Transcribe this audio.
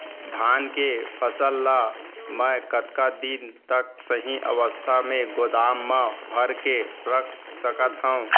धान के फसल ला मै कतका दिन तक सही अवस्था में गोदाम मा भर के रख सकत हव?